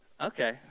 Okay